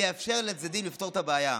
ויאפשר לצדדים לפתור את הבעיה".